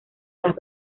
las